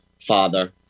father